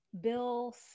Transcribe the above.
Bill